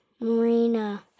Marina